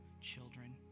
children